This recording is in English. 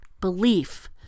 belief